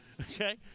Okay